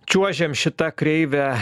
čiuožiam šita kreive